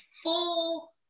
Full